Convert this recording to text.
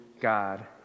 God